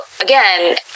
again